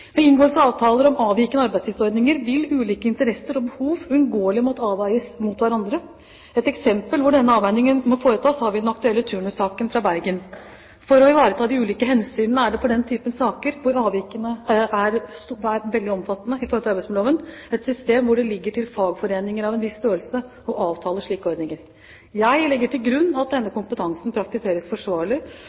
Ved inngåelse av avtaler om avvikende arbeidstidsordninger vil ulike interesser og behov uunngåelig måtte avveies mot hverandre. Et eksempel hvor denne avveiningen må foretas, har vi i den aktuelle turnussaken fra Bergen. For å ivareta de ulike hensynene er det for den typen saker hvor avvikene er veldig omfattende i forhold til arbeidsmiljøloven, valgt et system hvor det ligger til fagforeninger av en viss størrelse å avtale slike ordninger. Jeg legger til grunn at denne kompetansen praktiseres forsvarlig,